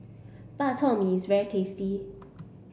Bak Chor Mee is very tasty